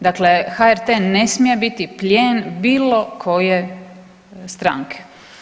Dakle, HRT ne smije biti plijen bilo koje stranke.